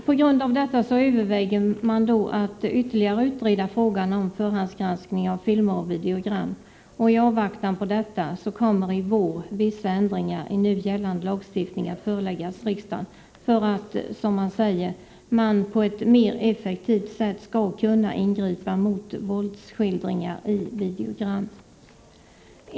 På grund härav överväger man att ytterligare utreda frågan om förhandsgranskning av filmer och videogram, och i avvaktan på detta kommer i vår förslag till vissa ändringar i nu gällande lagstiftning att föreläggas riksdagen för att man, som det heter, på ett mer effektivt sätt skall kunna ingripa mot våldsskildringar i videogram.